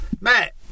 matt